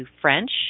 French